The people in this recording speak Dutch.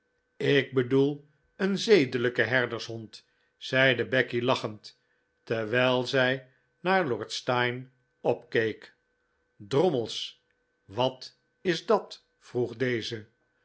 ik bedoel een zedelijken herdershond zeide becky lachend terwijl zij naar lord steyne opkeek drommels wat is dat vroeg deze